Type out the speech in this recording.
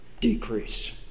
decrease